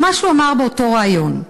ומה שהוא אמר באותו ריאיון: